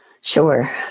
Sure